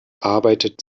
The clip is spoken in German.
arbeitet